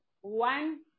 one